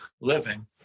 living